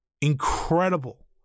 incredible